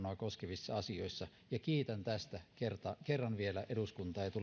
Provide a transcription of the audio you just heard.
koskevissa asioissa ja kiitän tästä kerran vielä eduskuntaa ja tulevaisuusvaliokuntaa